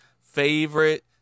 favorite